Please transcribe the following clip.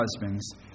husbands